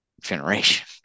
generation